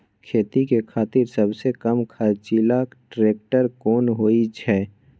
खेती के खातिर सबसे कम खर्चीला ट्रेक्टर कोन होई छै?